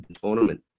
tournament